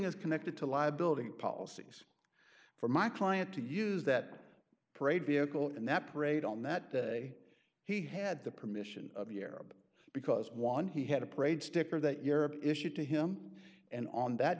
is connected to liability policies for my client to use that parade vehicle in that parade on that day he had the permission of the arab because one he had a parade sticker that europe issued to him and on that